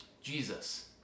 Jesus